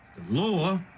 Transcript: law